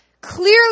clearly